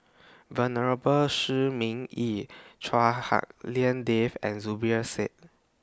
Venerable Shi Ming Yi Chua Hak Lien Dave and Zubir Said